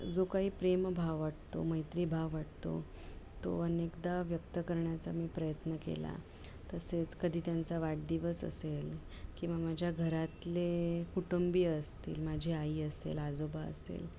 जो काही प्रेमभाव वाटतो मैत्रीभाव वाटतो तो अनेकदा व्यक्त करण्याचा मी प्रयत्न केला तसेच कधी त्यांचा वाढदिवस असेल किंवा माझ्या घरातले कुटुंबीय असतील माझी आई असेल आजोबा असेल